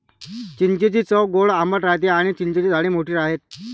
चिंचेची चव गोड आंबट राहते आणी चिंचेची झाडे मोठी आहेत